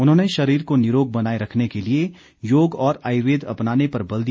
उन्होंने शरीर को निरोग बनाए रखने के लिए योग और आयुर्वेद अपनाने पर बल दिया